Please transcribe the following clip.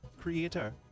creator